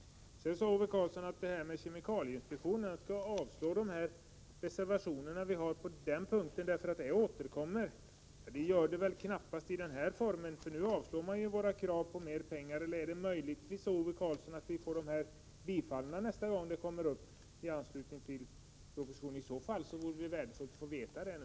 Ove Karlsson yrkade avslag på reservationerna om kemikalieinspektionen därför att dessa frågor återkommer. Men det gör de väl knappast i den formen, för nu avslår man våra krav på mer pengar. Eller är det möjligtvis så, Ove Karlsson, att våra förslag blir bifallna nästa gång ärendet kommer uppi anslutning till en proposition? I så fall vore det värdefullt att få veta det nu.